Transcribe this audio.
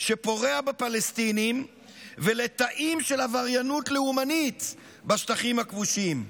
שפורע בפלסטינים ולתאים של עבריינות לאומנית בשטחים הכבושים.